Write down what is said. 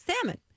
salmon